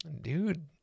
Dude